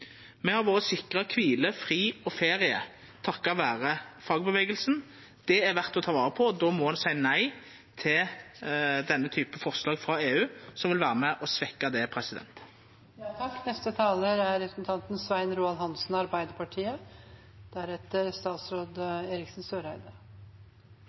Me har vore sikra kvile, fri og ferie takka vera fagbevegelsen. Det er verdt å ta vare på, og då må ein seia nei til denne type forslag frå EU, som vil vera med og svekkja det.